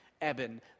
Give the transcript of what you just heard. Eben